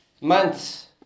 months